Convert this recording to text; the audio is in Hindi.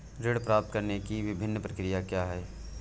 ऋण प्राप्त करने की विभिन्न प्रक्रिया क्या हैं?